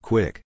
Quick